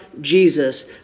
Jesus